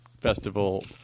Festival